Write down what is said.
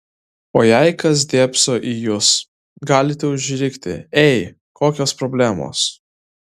o jei kas dėbso į jus galite užrikti ei kokios problemos